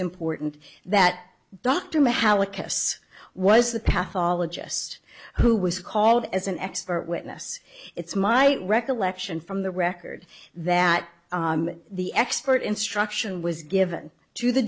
important that dr mahalla case was the path all adjust who was called as an expert witness it's my recollection from the record that the expert instruction was given to the